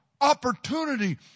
opportunity